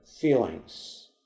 feelings